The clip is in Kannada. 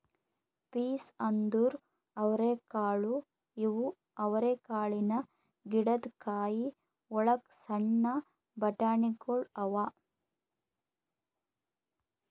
ಪೀಸ್ ಅಂದುರ್ ಅವರೆಕಾಳು ಇವು ಅವರೆಕಾಳಿನ ಗಿಡದ್ ಕಾಯಿ ಒಳಗ್ ಸಣ್ಣ ಬಟಾಣಿಗೊಳ್ ಅವಾ